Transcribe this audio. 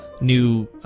new